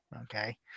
okay